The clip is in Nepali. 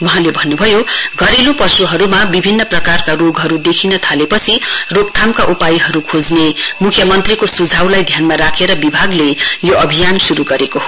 वहाँले भन्नुभयो घरेलु पशुहरुमा विभिन्न प्रकारका रोगहरु देखिन थालेपछि रोकथामका उपायहरु खोज्ने म्ख्यमन्त्रीको स्झाउलाई ध्यानमा राखेर विभागले यो अभियान श्रु गरेको हो